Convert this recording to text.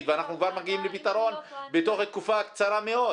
ואנחנו כבר מגיעים לפתרון בתוך תקופה קצרה מאוד.